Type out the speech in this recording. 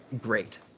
great